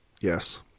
Yes